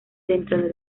dentro